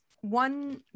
one